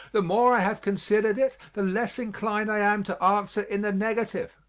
the more i have considered it the less inclined i am to answer in the negative.